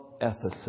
Ephesus